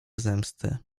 zemsty